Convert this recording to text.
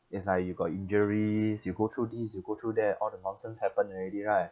it's like you got injuries you go through this you go through that all the nonsense happened already right